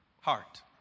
heart